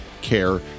care